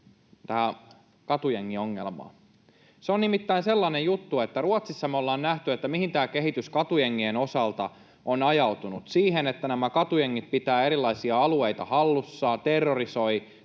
tähän katujengiongelmaan. Se on nimittäin sellainen juttu, että Ruotsissa me ollaan nähty, mihin tämä kehitys katujengien osalta on ajautunut: siihen, että nämä katujengit pitävät erilaisia alueita hallussaan ja terrorisoivat